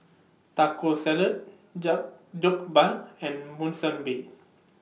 Taco Salad Jokbal and Monsunabe